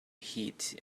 heat